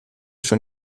schon